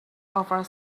over